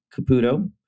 Caputo